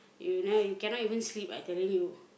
you ne~ you cannot even sleep I tell you